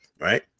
right